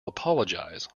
apologize